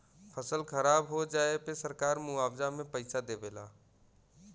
फसल खराब हो जाये पे सरकार मुआवजा में पईसा देवे ला